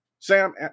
Sam